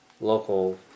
local